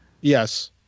Yes